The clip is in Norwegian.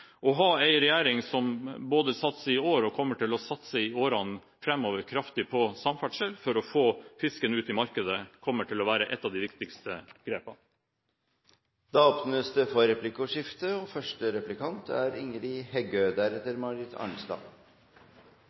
Å ha en regjering som både satser i år, og som kommer til å satse kraftig på samferdsel i årene framover for å få fisken ut i markedet, kommer til å være blant de viktigste grepene. Det blir replikkordskifte.